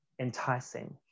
enticing